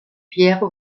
pierre